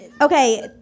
Okay